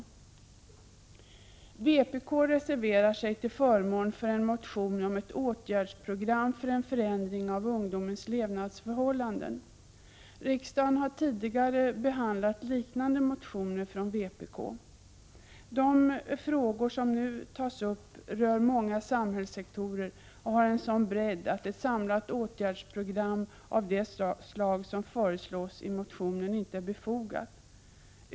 26 maj 1987 Vpk reserverar sig till förmån för en motion om ett åtgärdsprogram för en förändring av ungdomens levnadsförhållanden. Riksdagen har tidigare behandlat liknande motioner från vpk. De frågor som nu tas upp rör många samhällssektorer och har en sådan bredd att ett samlat åtgärdsprogram av det slag som föreslås i motionen inte är befogat.